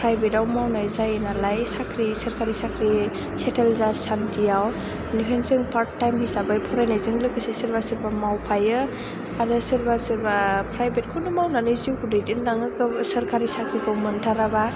प्राइभेटआव मावनाय जायो नालाय साख्रि सोरखारि साख्रि सेतोल जासान्दिआव बेहायनो पार्ट टाइम हिसाबै फरायनायजों लोगोसे सोरबा सोरबा मावफायो आरो सोरबा सोरबा प्राइभेटखौनो मावनानै जिउखौ दैदेनलाङो सोरखारि साख्रिखौ मोनथाराबा